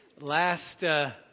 Last